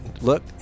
look